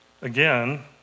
again